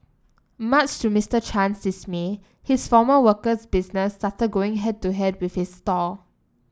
much to Mister Chan's dismay his former worker's business started going head to head with his stall